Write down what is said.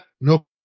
No